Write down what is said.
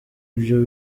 byo